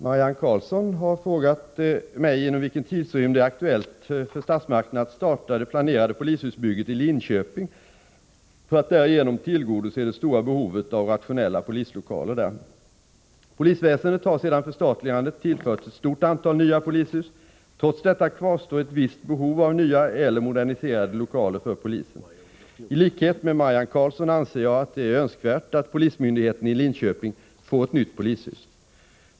Herr talman! Marianne Karlsson har frågat mig inom vilken tidrymd det är aktuellt för statsmakterna att starta det planerade polishusbygget i Linköping för att därigenom tillgodose det stora behovet av rationella polislokaler där. Polisväsendet har sedan förstatligandet tillförts ett stort antal nya polishus. Trots detta kvarstår ett visst behov av nya eller moderniserade lokaler för polisen. I likhet med Marianne Karlsson anser jag att det är önskvärt att polismyndigheten i Linköping får ett nytt polishus.